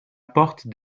porte